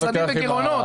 המשרדים בגירעונות.